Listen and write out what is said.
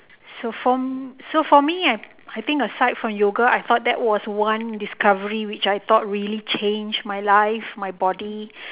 so for so for me I I think aside from yoga I thought that was one discovery which I thought really changed my life my body